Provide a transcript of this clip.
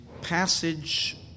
passage